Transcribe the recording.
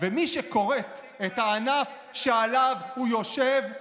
ומי שכורת את הענף שעליו הוא יושב,